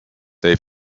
they